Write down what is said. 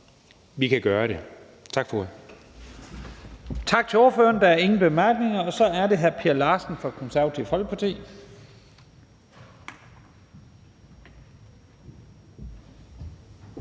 vi kan gøre det. Tak for